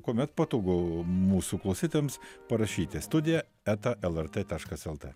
kuomet patogu mūsų klausytojams parašyti studija eta lrt taškas lt